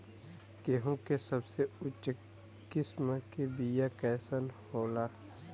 गेहूँ के सबसे उच्च किस्म के बीया कैसन होला?